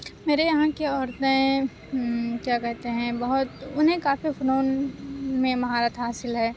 میرے یہاں کی عورتیں کیا کہتے ہیں بہت انہیں کافی فنون میں مہارت حاصل ہے